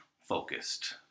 focused